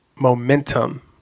momentum